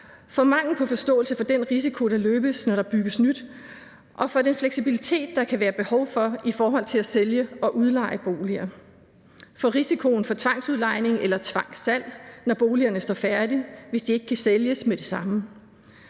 for mangel på forståelse for den risiko, der løbes, når der bygges nyt, for den fleksibilitet, der kan være behov for i forhold til at sælge og udleje boliger, og for risikoen for tvangsudlejning eller tvangssalg, når boligerne står færdig, hvis de ikke kan sælges med det samme,